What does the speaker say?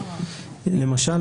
למשל,